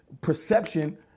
perception